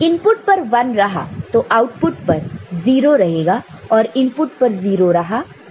input पर 1 रहा तो आउटपुट पर 0 रहेगा और इनपुट पर 0 रहा तो आउटपुट पर 1 रहेगा